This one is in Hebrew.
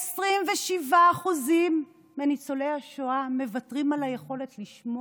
27% מניצולי השואה מוותרים על היכולת לשמוע.